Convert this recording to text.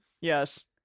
Yes